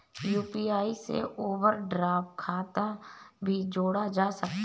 UPI से overdraft खाता भी जोड़ा जा सकता है